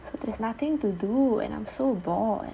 so there's nothing to do and I'm so bored